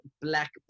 black